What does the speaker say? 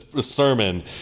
sermon